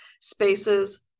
spaces